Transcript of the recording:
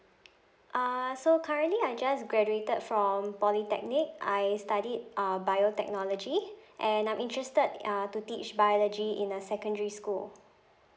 uh so currently I just graduated from polytechnic I studied uh biotechnology and I'm interested uh to teach biology in a secondary school